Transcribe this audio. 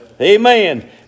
Amen